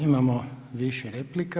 Imamo više replika.